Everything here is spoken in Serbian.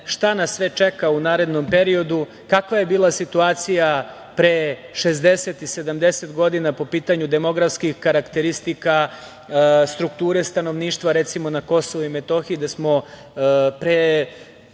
šta nas sve čeka u narednom periodu, kakva je bila situacija pre 60 i 70 godina po pitanju demografskih karakteristika, strukture stanovništva, recimo na KiM, gde smo pre